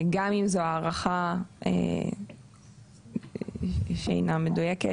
גם אם זו הערכה שאינה מדויקת.